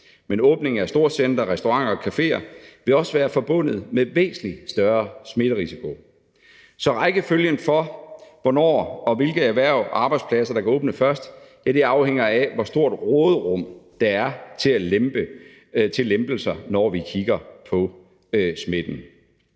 Men åbningen af storcentre, restauranter og caféer vil også være forbundet med en væsentlig større smitterisiko. Så rækkefølgen for, hvornår og hvilke erhverv og arbejdspladser der kan åbne først, afhænger af, hvor stort et råderum der er til lempelser, når vi kigger på smitten.